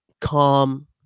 calm